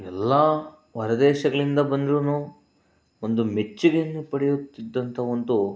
ಎಲ್ಲ ಹೊರ ದೇಶಗಳಿಂದ ಬಂದರೂನು ಒಂದು ಮೆಚ್ಚುಗೆಯನ್ನು ಪಡೆಯುತ್ತಿದ್ದಂಥ ಒಂದು